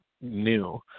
new